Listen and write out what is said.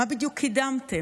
מה בדיוק קידמתם?